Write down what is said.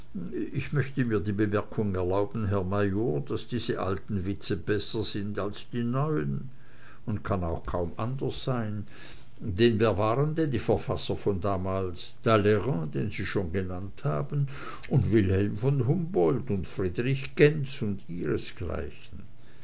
ich möchte mir die bemerkung erlauben herr major daß diese alten witze besser sind als die neuen und kann auch kaum anders sein denn wer waren denn die verfasser von damals talleyrand den sie schon genannt haben und wilhelm von humboldt und friedrich gentz und ihresgleichen